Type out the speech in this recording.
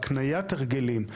בהקניית הרגלים,